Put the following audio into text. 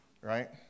Right